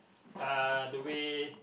uh the way